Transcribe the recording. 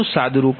2084 0